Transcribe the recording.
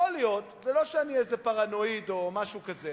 יכול להיות, ולא שאני איזה פרנואיד או משהו כזה,